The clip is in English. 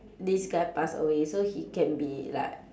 this guy pass away so he can be like